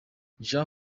jon